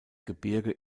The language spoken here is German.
gebirge